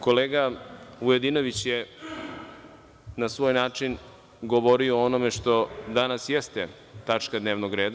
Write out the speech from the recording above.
Kolega Vujadinović je na svoj način govorio o onome što danas jeste tačka dnevnog reda.